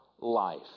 life